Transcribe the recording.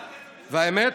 האמת,